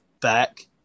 back